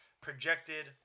Projected